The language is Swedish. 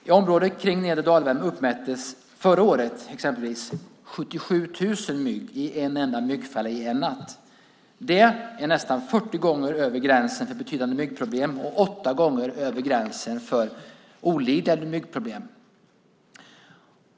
I området kring nedre Dalälven uppmättes exempelvis förra året 77 000 mygg i en enda myggfälla på en natt. Det är nästan 40 gånger över gränsen för betydande myggproblem och 8 gånger över gränsen för olidliga myggproblem.